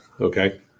Okay